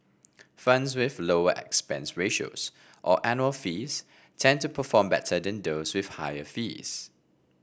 funds with lower expense ratios or annual fees tend to perform better than those with higher fees